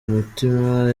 mitima